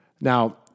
Now